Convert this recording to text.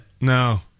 No